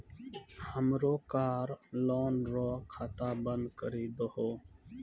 हमरो car loan रो खाता बंद करी दहो